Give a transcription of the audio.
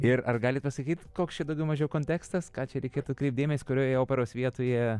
ir ar galit pasakyt koks čia daugiau mažiau kontekstas ką čia reikėtų kreipti dėmesį kurioje operos vietoje